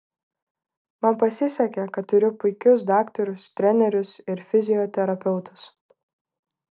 man pasisekė kad turiu puikius daktarus trenerius ir fizioterapeutus